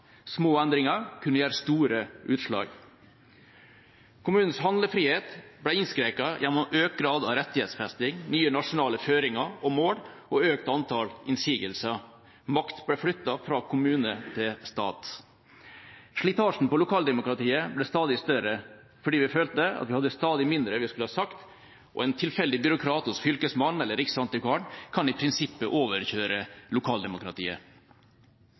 Små endringer kunne gjøre store utslag. Kommunens handlefrihet ble innskrenket gjennom økt grad av rettighetsfesting, nye nasjonale føringer og mål og økt antall innsigelser. Makt ble flyttet fra kommune til stat. Slitasjen på lokaldemokratiet ble stadig større, fordi vi følte at vi hadde stadig mindre vi skulle ha sagt, og en tilfeldig byråkrat hos Fylkesmannen eller Riksantikvaren kan